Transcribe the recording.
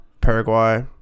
Paraguay